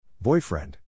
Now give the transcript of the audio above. Boyfriend